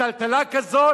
לטלטלה כזאת?